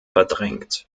verdrängt